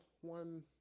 one